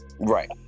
Right